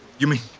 you mean.